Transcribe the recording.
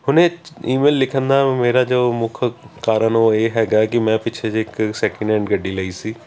ਹੁਣ ਈਮੇਲ ਲਿਖਣ ਨਾ ਮੇਰਾ ਜੋ ਮੁੱਖ ਕਾਰਨ ਉਹ ਇਹ ਹੈਗਾ ਕਿ ਮੈਂ ਪਿੱਛੇ ਜਿਹੇ ਇੱਕ ਸੈਕਿੰਡ ਹੈਂਡ ਗੱਡੀ ਲਈ ਸੀ